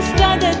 done and